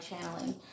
channeling